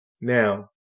Now